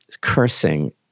cursing